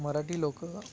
मराठी लोकं